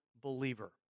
believer